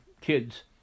kids